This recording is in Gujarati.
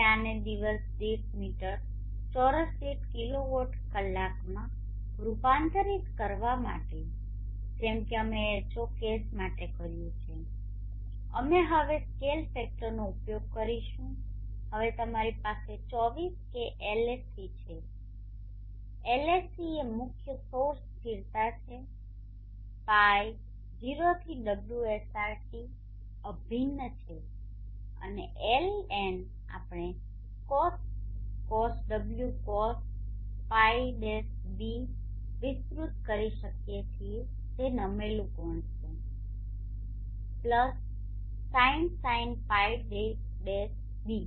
હવે આને દિવસ દીઠ મીટર ચોરસ દીઠ કિલો વોટ કલાકમાં રૂપાંતરિત કરવા માટે જેમ કે અમે H0 કેસ માટે કર્યું છે અમે હવે સ્કેલ ફેક્ટરનો ઉપયોગ કરીશું હવે તમારી પાસે 24 k LSC છે LSC એ મુખ્ય સૌર સ્થિરતા છે π 0 થી ωsrt અભિન્ન છે અને LN આપણે Cos Cos ω Cos π -ß વિસ્તૃત કરી શકીએ છીએ જે નમેલું કોણ છે Sin Sin π - ß